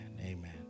amen